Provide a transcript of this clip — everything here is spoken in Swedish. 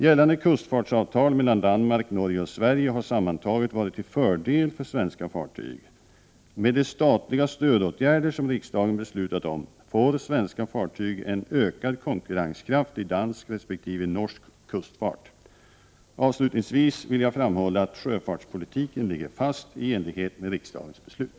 Gällande kustfartsavtal mellan Danmark, Norge och Sverige har sammantaget varit till fördel för svenska fartyg. Med de statliga stödåtgärder som riksdagen beslutat om får svenska fartyg en ökad konkurrenskraft i dansk resp. norsk kustfart. Avslutningsvis vill jag framhålla att sjöfartspolitiken ligger fast i enlighet med riksdagens beslut.